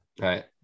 right